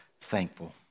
thankful